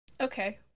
Okay